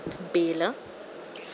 bailer